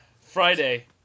Friday